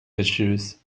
issues